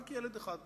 רק ילד אחד נחמד,